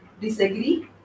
disagree